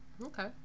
Okay